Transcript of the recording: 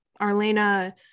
Arlena